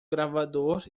gravador